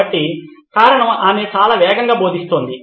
కాబట్టి కారణం ఆమె చాలా వేగంగా బోధిస్తోంది